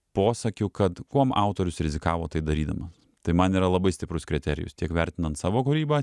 posakiu kad kuom autorius rizikavo tai darydama tai man yra labai stiprus kriterijus tiek vertinant savo kūrybą